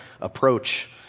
approach